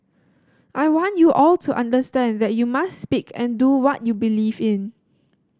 I want you all to understand that you must speak and do what you believe in